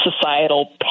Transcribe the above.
societal